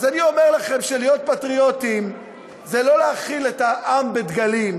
אז אני אומר לכם שלהיות פטריוטים זה לא להאכיל את העם בדגלים,